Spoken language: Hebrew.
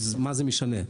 אז מה זה משנה?